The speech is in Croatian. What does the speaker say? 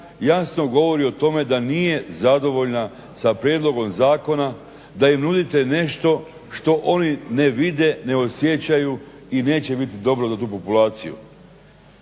jasno govori o tome da nije zadovoljna sa prijedlogom zakona, da im nudite nešto što oni ne vide, ne osjećaju i neće biti dobro za tu populaciju.